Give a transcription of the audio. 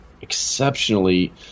exceptionally